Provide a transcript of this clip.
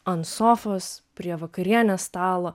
ant sofos prie vakarienės stalo